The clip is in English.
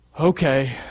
okay